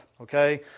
Okay